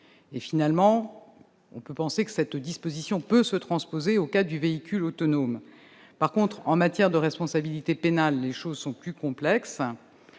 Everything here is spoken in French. véhicule. On peut penser que cette disposition peut être transposée au cas du véhicule autonome. En revanche, en matière de responsabilité pénale, les choses sont plus complexes.